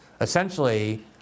essentially